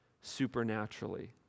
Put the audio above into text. supernaturally